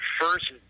first